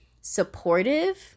supportive